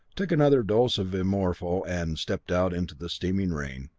took another dose of immorpho and stepped out into the steaming rain.